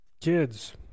kids